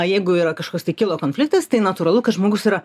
jeigu yra kažkoks tai kilo konfliktas tai natūralu kad žmogus yra